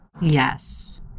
Yes